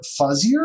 fuzzier